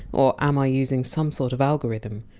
or am i using some sort of algorithm?